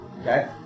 Okay